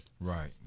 Right